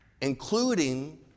including